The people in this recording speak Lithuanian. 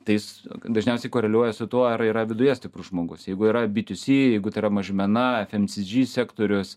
tai jis dažniausiai koreliuoja su tuo ar yra viduje stiprus žmogus jeigu yra bitiusy jeigu tai yra mažmena efemsidžy sektorius